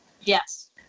Yes